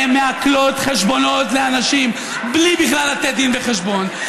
הן מעקלות חשבונות לאנשים בלי בכלל לתת דין וחשבון,